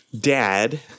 dad